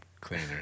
cleaner